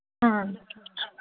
ꯑ